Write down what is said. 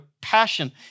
passion